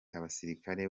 abasirikare